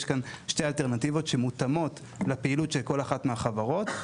יש כאן שתי אלטרנטיבות שמותאמות לפעילות של כל אחת מהחברות,